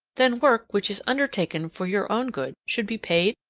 then work which is undertaken for your own good should be paid,